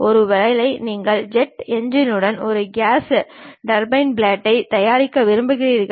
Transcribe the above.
ஒருவேளை நீங்கள் ஜெட் என்ஜினுடன் ஒரு கேஸ் டர்பைன் பிளேட்டை தயாரிக்க விரும்புகிறீர்கள்